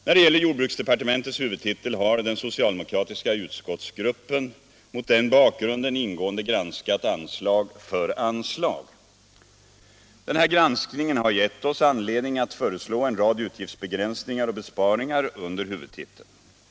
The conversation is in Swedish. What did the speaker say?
När det gäller jordbruksdepartementets huvudtitel har den socialdemokratiska utskottsgruppen ” mot den bakgrunden ingående granskat anslag för anslag. Denna granskning har gett oss anledning att föreslå en rad utgiftsbegränsningar och besparingar under huvudtiteln.